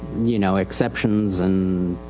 you know, exceptions and